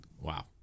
wow